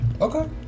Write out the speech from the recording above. Okay